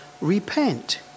repent